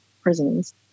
prisons